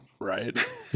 right